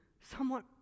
somewhat